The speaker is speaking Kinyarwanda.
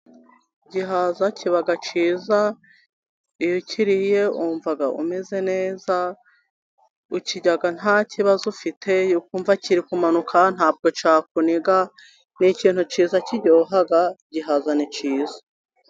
Igihaza kiba cyiza, iyo ukiriye wumva umeze neza ukirya nta kibazo ufite, ukumva kiri kumanuka ntabwo cyakuniga ni ikintu cyiza kiryoha igihaza ni cyiza.